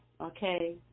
okay